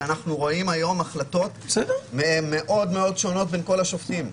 כי אנחנו רואים היום החלטות מאוד שונות בין כל השופטים,